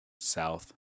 South